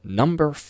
number